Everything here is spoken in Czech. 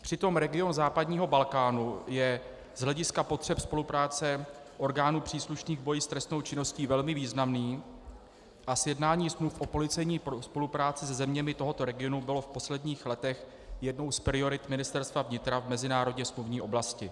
Přitom region západního Balkánu je z hlediska potřeb spolupráce orgánů příslušných k boji s trestnou činností velmi významný a sjednání smluv o policejní spolupráci se zeměmi tohoto regionu bylo v posledních letech jednou z priorit Ministerstva vnitra v mezinárodněsmluvní oblasti.